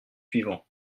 suivants